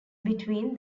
between